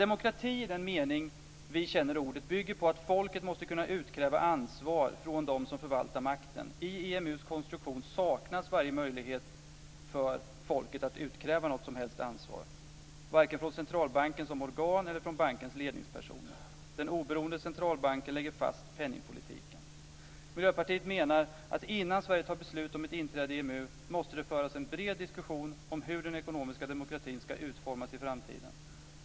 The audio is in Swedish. Demokrati i den mening vi känner ordet bygger på att folket måste kunna utkräva ansvar från dem som förvaltar makten. I EMU:s konstruktion saknas varje möjlighet för folket att utkräva något som helst ansvar - varken av centralbanken som organ eller av bankens ledningspersoner. Den oberoende centralbanken lägger fast penningpolitiken. Miljöpartiet menar att innan Sverige fattar beslut om ett inträde i EMU måste det föras en bred diskussion om hur den ekonomiska demokratin ska utformas i framtiden.